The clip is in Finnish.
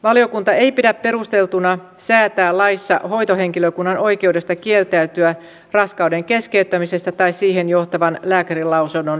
valiokunta ei pidä perusteltuna säätää laissa hoitohenkilökunnan oikeudesta kieltäytyä raskauden keskeyttämisestä tai siihen johtavan lääkärinlausunnon antamisesta